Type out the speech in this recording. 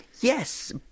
Yes